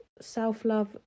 Self-love